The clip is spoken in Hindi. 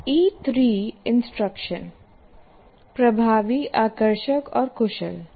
इ3 इंस्ट्रक्शन प्रभावी आकर्षक और कुशल